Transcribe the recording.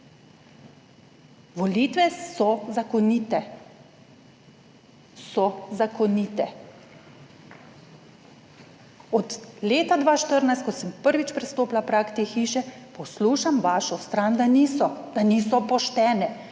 zakonite. So zakonite. Od leta 2014, ko sem prvič prestopila prag te hiše, poslušam vašo stran, da niso,